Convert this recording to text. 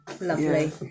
Lovely